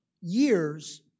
years